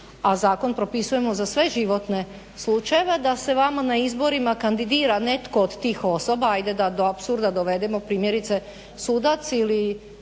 a zakon propisujemo za sve životne slučajeve, da se vama na izborima kandidira netko od tih osoba, ajde da do apsurda dovedemo primjerice sudac ili